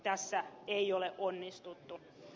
tässä ei ole onnistuttu